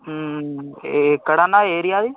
ఎక్కడ అన్న ఏరియా అది